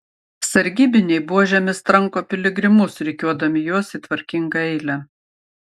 sargybiniai buožėmis tranko piligrimus rikiuodami juos į tvarkingą eilę